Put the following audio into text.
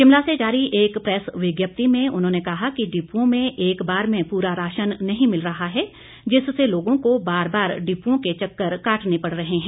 शिमला में जारी एक प्रेस विज्ञप्ति में उन्होंने कहा कि डिप्रों में एक बार में पूरा राशन नहीं मिल रहा है जिससे लोगों को बार बार डिप्ओं के चकर काटने पड़ रहें हैं